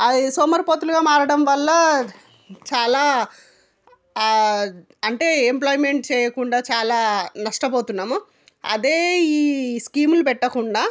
అ సోమరిపోతులుగా మారడం వల్ల చాలా అంటే ఎంప్లాయిమెంట్ చెయ్యకుండా చాలా నష్టపోతున్నాము అదే ఈ స్కీములు పెట్టకుండా